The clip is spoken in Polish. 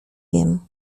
wiem